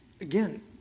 again